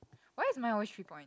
why is mine always three point